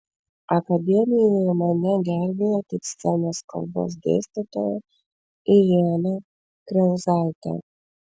akademijoje mane gelbėjo tik scenos kalbos dėstytoja irena kriauzaitė